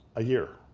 a year.